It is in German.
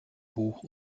buch